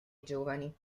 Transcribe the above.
giovani